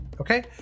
okay